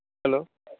hello